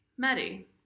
Maddie